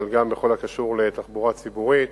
אבל בכל הקשור לתחבורה ציבורית.